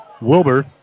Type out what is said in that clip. Wilbur